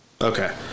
Okay